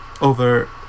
over